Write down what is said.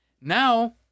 Now